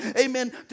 Amen